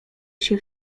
się